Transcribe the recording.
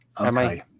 okay